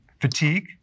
fatigue